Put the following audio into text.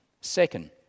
Second